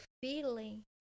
feeling